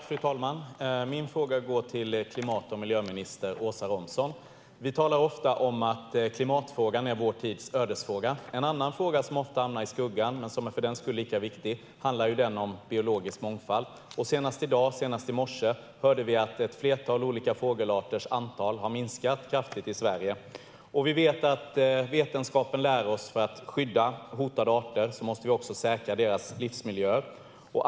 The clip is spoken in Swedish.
Fru talman! Min fråga går till klimat och miljöminister Åsa Romson. Vi talar ofta om att klimatfrågan är vår tids ödesfråga. En annan fråga, som ofta hamnar i skuggan men som är lika viktig, är biologisk mångfald. Senast i dag, i morse, hörde vi att ett flertal olika fågelarters antal har minskat kraftigt i Sverige. Vetenskapen lär oss att vi för att skydda hotade arter måste säkra deras livsmiljöer.